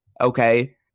okay